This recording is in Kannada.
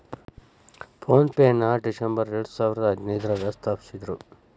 ಫೋನ್ ಪೆನ ಡಿಸಂಬರ್ ಎರಡಸಾವಿರದ ಹದಿನೈದ್ರಾಗ ಸ್ಥಾಪಿಸಿದ್ರು